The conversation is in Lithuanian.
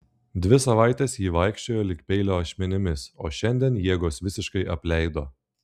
dvi savaites ji vaikščiojo lyg peilio ašmenimis o šiandien jėgos visiškai apleido